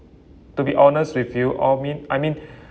to be honest with you I mean I mean